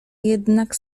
jednak